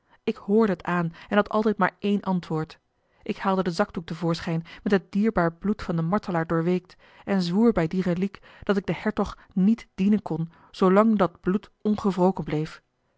ik hoorde t aan en had altijd maar één antwoord ik haalde den zakdoek te voorschijn met het dierbaar bloed van den martelaar doorweekt en zwoer bij die reliek dat ik den hertog niet dienen kon zoolang dat bloed ongewroken bleef